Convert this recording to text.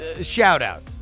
shout-out